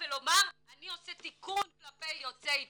ולומר "אני עושה תיקון כלפי יוצאי אתיופיה".